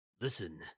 Listen